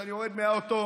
כשאני יורד מהאוטו,